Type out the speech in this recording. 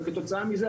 וכתוצאה מזה,